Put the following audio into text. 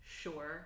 Sure